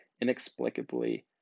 inexplicably